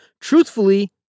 truthfully